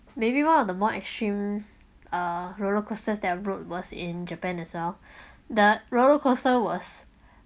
maybe one of the more extreme uh roller coasters that I rode was in japan as well the roller coaster was